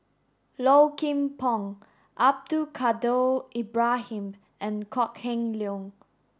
Low Kim Pong Abdul Kadir Ibrahim and Kok Heng Leun